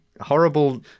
horrible